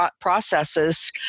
processes